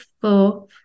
four